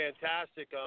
fantastic